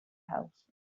health